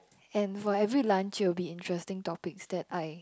and for every lunch it will be interesting topics that I